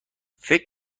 فکر